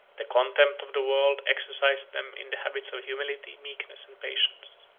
the contempt of the world exercised them in the habits of humility, meekness, and patience.